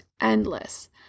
Endless